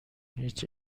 هیچ